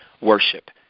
worship